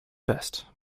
best